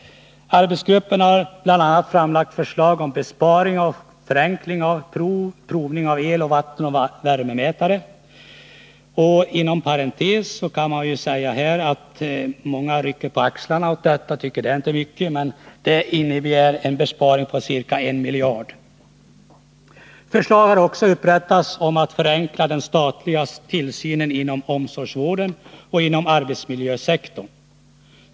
Arbetsgruppen har bl.a. framlagt förslag om besparingar genom förenkling av provningen av el-, vattenoch värmemätare. Inom parentes kan nämnas att många kanske rycker på axlarna åt detta, men det innebär faktiskt en besparing på ca 1 miljard. Förslag har också upprättats om att förenkla den statliga tillsynen inom omsorgsvården och inom arbetsmiljösektorn.